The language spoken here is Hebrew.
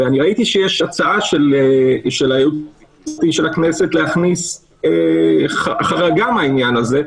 וראיתי שיש הצעה של הייעוץ המשפטי של הכנסת להכניס החרגה מהעניין הזה,